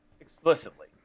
explicitly